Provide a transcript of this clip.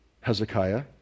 Hezekiah